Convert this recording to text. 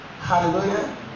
Hallelujah